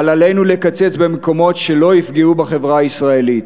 אבל עלינו לקצץ במקומות שלא יפגעו בחברה הישראלית